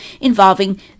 involving